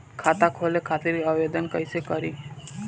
खाता खोले खातिर आवेदन कइसे करी?